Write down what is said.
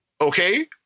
okay